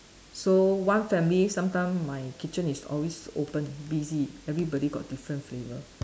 so one family sometimes my kitchen is always open busy everybody got different flavour